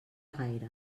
gaire